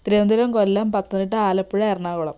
Thiruvananthapuram Kollam Pathanamthitta Alappuzha Ernakulam